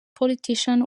politician